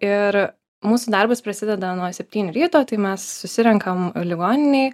ir mūsų darbas prasideda nuo septynių ryto tai mes susirenkam ligoninėj